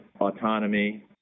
autonomy